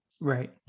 right